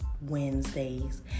Wednesdays